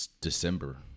December